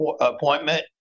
appointment